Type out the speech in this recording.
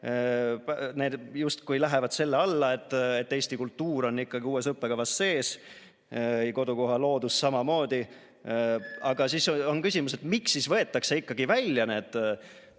justkui lähevad selle alla ja eesti kultuur on ikkagi uues õppekavas sees, kodukoha loodus samamoodi. Aga siis on küsimus, et miks võetakse ikkagi välja need